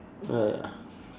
uh ya